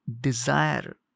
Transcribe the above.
desire